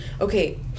Okay